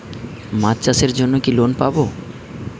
মাছ চাষের জন্য কি লোন পাব?